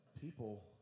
people